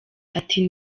ati